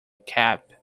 cap